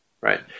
right